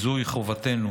זוהי חובתנו